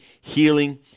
healing